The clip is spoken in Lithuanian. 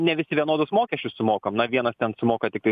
ne visi vienodus mokesčius sumokam na vienas ten sumoka tiktai